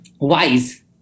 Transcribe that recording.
wise